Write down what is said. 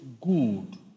good